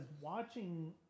watching